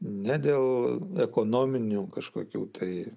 ne dėl ekonominių kažkokių tai